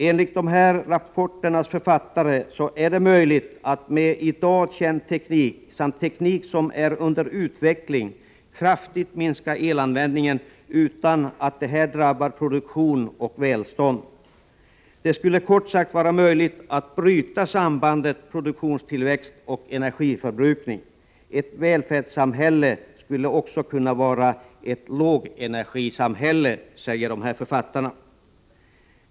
Enligt rapporternas författare är det möjligt att med i dag känd teknik samt teknik som är under utveckling kraftigt minska elanvändningen utan att detta drabbar produktion och välstånd. Det skulle kort sagt vara möjligt att bryta sambandet produktionstillväxt och energiförbrukning. Ett välfärdssamhälle skall också kunna vara ett lågenergisamhälle, säger författarna.